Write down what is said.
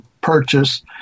purchase